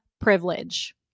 privilege